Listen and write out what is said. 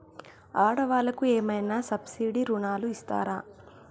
ఆడ వాళ్ళకు ఏమైనా సబ్సిడీ రుణాలు ఇస్తారా?